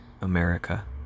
America